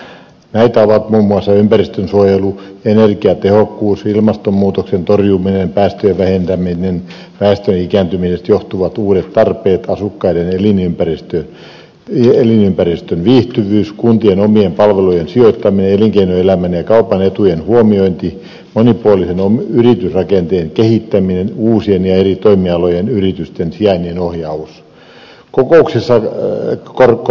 näitä ovat muun muassa ympäristönsuojelu energiatehokkuus ilmastonmuutoksen torjuminen päästöjen vähentäminen väestön ikääntymisestä johtuvat uudet tarpeet asukkaiden elinympäristön viihtyisyys kuntien omien palvelujen sijoittaminen elinkeinoelämän ja kaupan etujen huomiointi monipuolisen yritysrakenteen kehittäminen uusien ja eri toimialojen yritysten sijainnin ohjaus